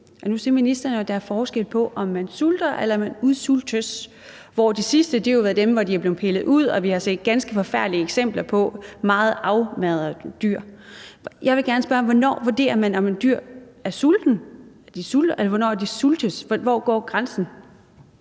Og nu siger ministeren, at der er forskel på, om man sulter eller man udsultes, hvor det sidste jo gælder dem, der er blevet pillet ud, og hvor vi har set ganske forfærdelige eksempler på meget afmagrede dyr. Jeg vil gerne spørge: Hvordan vurderer man, hvornår et dyr er sultent, og hvornår det sultes? Hvor går grænsen?